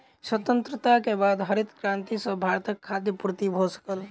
स्वतंत्रता के बाद हरित क्रांति सॅ भारतक खाद्य पूर्ति भ सकल